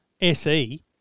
SE